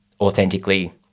authentically